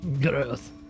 Gross